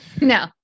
No